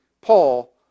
Paul